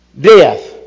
Death